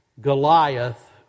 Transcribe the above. Goliath